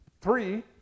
three